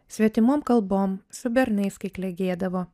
svetimom kalbom su bernais kai klegėdavo